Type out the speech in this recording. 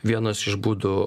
vienas iš būdų